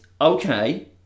okay